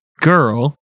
girl